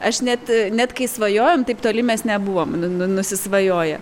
aš net net kai svajojom taip toli mes nebuvom nu nu nusisvajoję